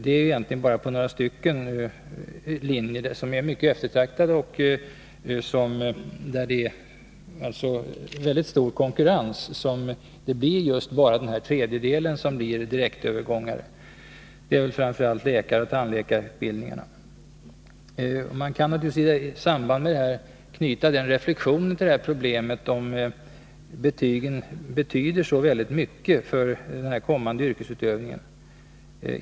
Det är egentligen bara på några linjer, vilka är mycket eftertraktade och där det råder väldigt stor konkurrens, som det blir fråga om just en tredjedel direktövergångar. Det gäller framför allt läkaroch tandläkarutbildningarna. Man kan naturligtvis i samband med det här problemet göra följande reflexion: Betyder betygen så väldigt mycket för den kommande yrkesutövningen?